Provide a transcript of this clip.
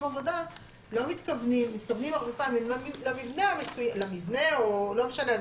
עבודה מתכוונים הרבה פעמים למבנה או לא משנה,